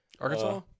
Arkansas